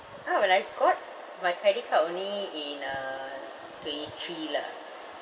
ah when I got my credit card only in uh twenty three lah